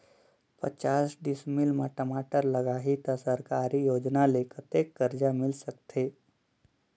पचास डिसमिल मा टमाटर लगही त सरकारी योजना ले कतेक कर्जा मिल सकथे?